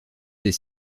des